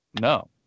No